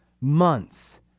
months